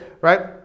Right